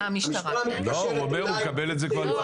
המשטרה מתקשרת אליי.